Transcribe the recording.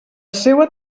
seua